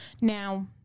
Now